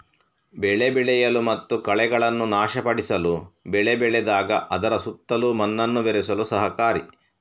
ಬೆಳೆ ಬೆಳೆಯಲು ಮತ್ತು ಕಳೆಗಳನ್ನು ನಾಶಪಡಿಸಲು ಬೆಳೆ ಬೆಳೆದಾಗ ಅದರ ಸುತ್ತಲೂ ಮಣ್ಣನ್ನು ಬೆರೆಸಲು ಸಹಕಾರಿ